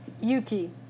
Yuki